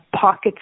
pockets